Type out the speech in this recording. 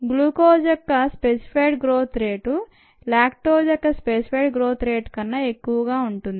glucose యొక్క specified growth rate lactose యొక్క specified growth rate కన్నా ఎక్కువగా ఉంటుంది